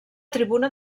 tribuna